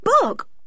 book